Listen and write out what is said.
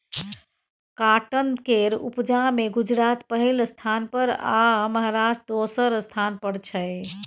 cotton केर उपजा मे गुजरात पहिल स्थान पर आ महाराष्ट्र दोसर स्थान पर छै